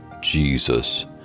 Jesus